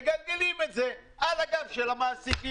שוב מגלגלים את זה על הגב של המעסיקים.